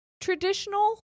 traditional